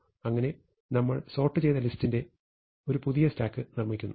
അങ്ങനെ നമ്മൾ സോർട്ട് ചെയ്ത ലിസ്റ്റിന്റെ ഒരു പുതിയ സ്റ്റാക്ക് നിർമ്മിക്കുന്നു